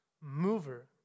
mover